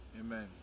Amen